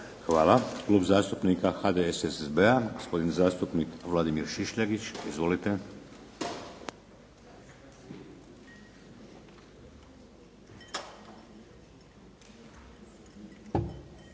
Hvala. Klub zastupnika HDSSB-a gospodin zastupnik Vladimir Šišljagić. Izvolite.